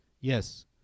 Yes